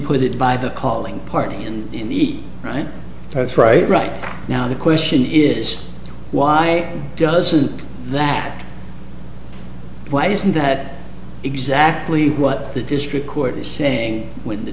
put it by the calling party and in the right that's right right now the question is why doesn't that why isn't that exactly what the district court is saying when the